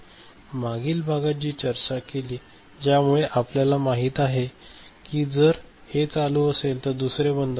आणि मागील भागात जी चर्चा केली त्यामुळे आपल्याला माहित आहे की जर हे चालू असेल तर तर दुसरे बंद असते